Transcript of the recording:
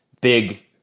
big